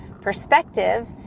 perspective